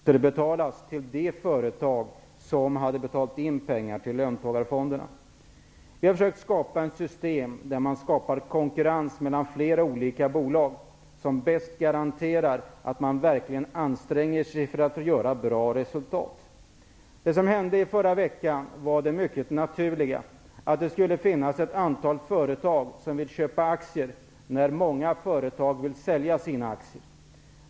Herr talman! Riksdagen fattade beslut om att de delar av löntagarfonderna som skulle användas till riskkapital till småföretagen skulle återbetalas till de företag som hade betalat in pengar till löntagarfonderna. Vi har försökt skapa ett system med konkurrens mellan flera olika bolag. Det garanterar bäst att man verkligen anstränger sig att åstadkomma bra resultat. Det som hände i förra veckan var det mycket naturliga att man såg till att det fanns ett antal företag som ville köpa aktier när många företag vill sälja sina aktier.